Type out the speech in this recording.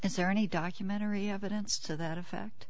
is there any documentary evidence to that effect